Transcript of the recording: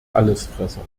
allesfresser